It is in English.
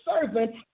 servant